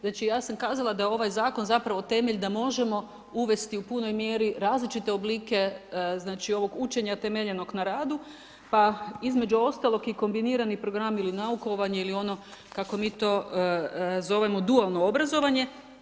Znači ja sam kazala da je ovaj zakon zapravo temelj da možemo uvesti u punoj mjeri različite oblike, znači učenja temeljenog na radu pa između ostalog i kombinirani program ili naukovanje ili ono kako mi to zovemo dualno obrazovanje.